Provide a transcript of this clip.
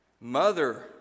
Mother